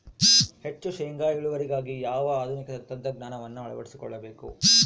ಹೆಚ್ಚು ಶೇಂಗಾ ಇಳುವರಿಗಾಗಿ ಯಾವ ಆಧುನಿಕ ತಂತ್ರಜ್ಞಾನವನ್ನು ಅಳವಡಿಸಿಕೊಳ್ಳಬೇಕು?